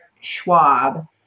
Schwab